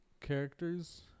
characters